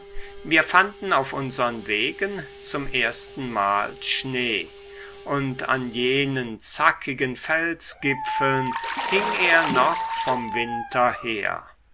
wir fanden auf unsern wegen zum erstenmal schnee und an jenen zackigen felsgipfeln hing er noch vom winter her